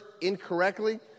incorrectly